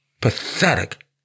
pathetic